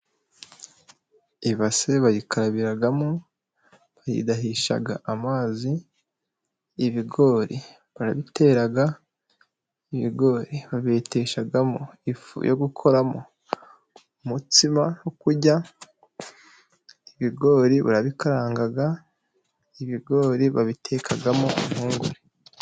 Ibase bayikarabiramo, bayidahisha amazi, ibigori barabitera, ibigori babibeteshamo ifu yo gukoramo umutsima wo kurya, ibigori barabikaranga, ibigori babitekamo impungure.